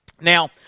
Now